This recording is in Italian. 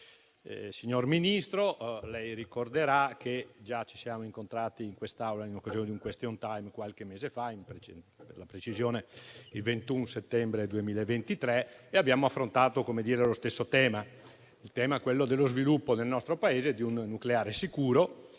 Signor Ministro, lei ricorderà che già ci siamo incontrati in quest'Aula in occasione di un *question time* qualche mese fa, per la precisione il 21 settembre 2023, e abbiamo affrontato lo stesso tema. Il tema è quello dello sviluppo nel nostro Paese di un nucleare sicuro